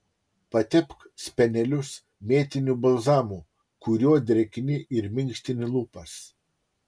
patepk spenelius mėtiniu balzamu kuriuo drėkini ir minkštini lūpas